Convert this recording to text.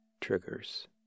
Triggers